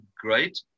great